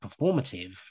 performative